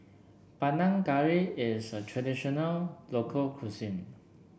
Panang Curry is a traditional local cuisine